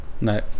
No